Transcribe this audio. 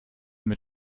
mit